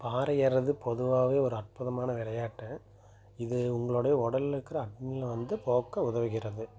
பாறை ஏர்றது பொதுவாகவே ஒரு அற்புதமான விளையாட்டு இது உங்களுடைய உடல்ல இருக்கிற அக்னியை வந்து போக்க உதவுகிறது